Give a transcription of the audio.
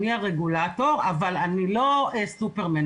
אני הרגולטור, אבל אני לא סופר מן.